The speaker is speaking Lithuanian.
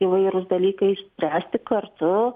įvairūs dalykai spręsti kartu